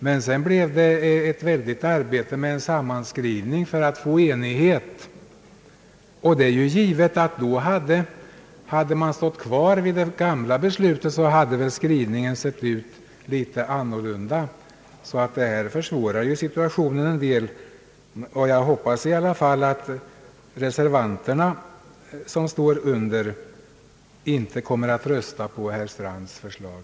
Men sedan blev det ett omfattande arbete med en sammanskrivning för att få enighet. Det är givet att om man stått kvar vid det gamla beslutet, så hade väl skrivningen sett ut litet annorlunda. Detta försvårar alltså situationen en del. Jag hoppas 1 alla fall att reservanterna inte kommer att rösta på herr Strands förslag.